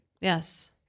Yes